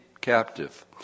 captive